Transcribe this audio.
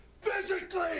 Physically